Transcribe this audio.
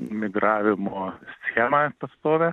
migravimo schemą pastovią